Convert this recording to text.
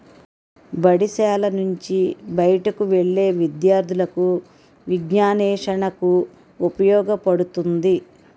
బడిశాల నుంచి బయటకు వెళ్లే విద్యార్థులకు విజ్ఞానాన్వేషణకు ఉపయోగపడుతుంది